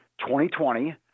2020